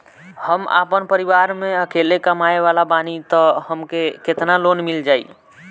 हम आपन परिवार म अकेले कमाए वाला बानीं त हमके केतना लोन मिल जाई?